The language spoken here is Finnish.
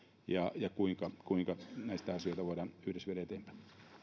ja ja kuinka kuinka näitä asioita voidaan yhdessä viedä eteenpäin